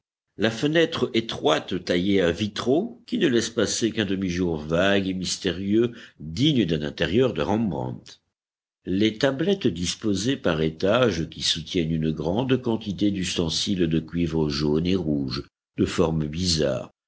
la fenêtre étroite taillée à vitraux qui ne laissent passer qu'un demi-jour vague et mystérieux digne d'un intérieur de rembrandt les tablettes disposées par étages qui soutiennent une grande quantité d'ustensiles de cuivre jaune et rouge de formes bizarres